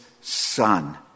Son